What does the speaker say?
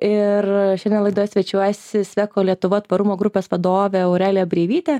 ir šiandien laidoje svečiuojasi sweko lietuva tvarumo grupės vadovė aurelija breivytė